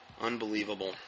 Unbelievable